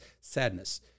sadness